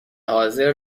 حاضر